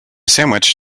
sandwich